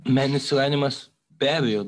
meninis išsilavinimas be abejo